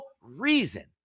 reason